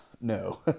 No